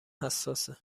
حساسه